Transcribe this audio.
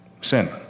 Sin